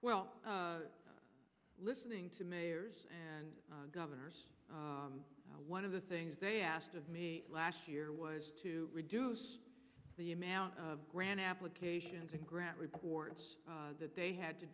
well listening to mayors and governors one of the things they asked of me last year was to reduce the amount of grant applications and grant reports that they had to